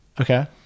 Okay